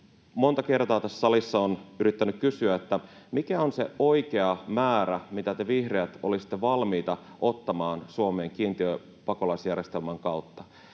monta kertaa tässä salissa yrittänyt kysyä, mikä on se oikea määrä, mitä te vihreät olisitte valmiita ottamaan Suomeen kiintiöpakolaisjärjestelmän kautta.